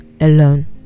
alone